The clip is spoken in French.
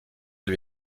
lui